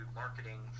marketing